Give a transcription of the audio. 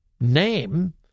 name